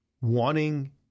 wanting –